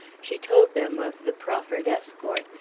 she told them of the proffered escort,